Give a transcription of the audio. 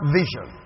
vision